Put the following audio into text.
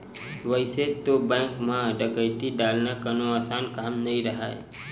वइसे तो बेंक म डकैती डालना कोनो असान काम नइ राहय